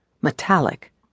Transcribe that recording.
metallic